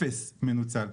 אפס נוצל.